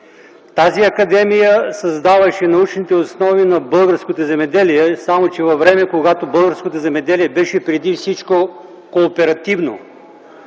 Тази академия създаваше научните основи на българското земеделие, само че във време, когато българското земеделие беше преди всичко кооперативно.